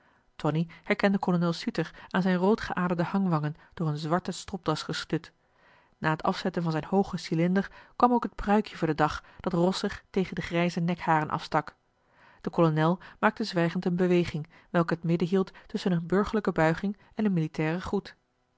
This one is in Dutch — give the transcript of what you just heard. tonie herkende kolonel suter aan zijn roodgeaderde hangwangen door een zwarte stropdas gestut na het afzetten van zijn hoogen cilinder kwam ook het pruikje voor den dag dat rossig tegen de grijze nekharen afstak de kolonel maakte zwijgend een beweging welke het midden hield tusschen een burgerlijke buiging en een militairen groet